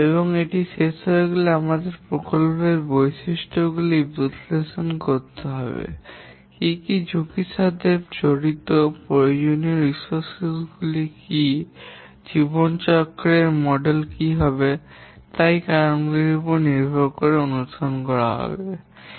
এবং এটি শেষ হয়ে গেলে আমাদের প্রকল্পের বৈশিষ্ট্যগুলি বিশ্লেষণ করতে হবে কী কী ঝুঁকির সাথে জড়িত প্রয়োজনীয় সম্পদ গুলি কী কী জীবনচক্রের মডেল কী হবে যা এই কারণগুলির উপর নির্ভর করে অনুসরণ করা হবে ইত্যাদি